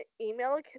email